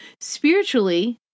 Spiritually